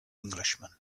englishman